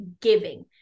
giving